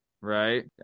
right